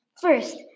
first